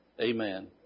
Amen